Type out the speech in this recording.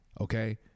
okay